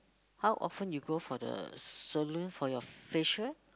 how often you go for the salon for your facial